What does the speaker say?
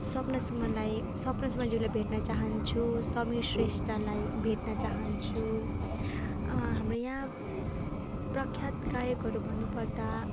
स्वप्न सुमनलाई स्वप्न सुनमज्यूलाई भेट्न चाहन्छु समीर श्रेष्ठलाई भेट्न चाहन्छु हाम्रो यहाँ प्रख्यात गायकहरू भन्नुपर्दा